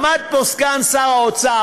עמד פה סגן שר האוצר,